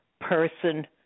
person